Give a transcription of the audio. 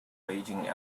raging